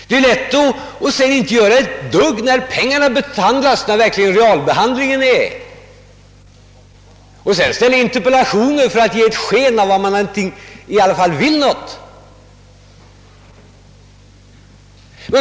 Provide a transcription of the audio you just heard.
Det är lätt att sitta overksam när anslagsfrågorna behandlas, alltiså under den verkliga realbehandlingen, och att efteråt framställa en interpellation för att ge sken av att man i alla fall vill något.